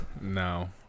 No